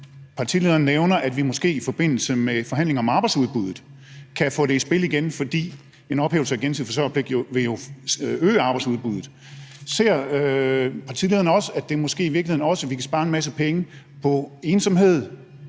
Partilederen nævner, at vi måske i forbindelse med forhandlingerne om arbejdsudbuddet kan få det i spil igen, fordi en ophævelse af gensidig forsørgerpligt jo vil øge arbejdsudbuddet. Ser partilederen det også sådan, at vi måske i virkeligheden kan spare en masse penge i forhold